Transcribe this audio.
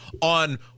on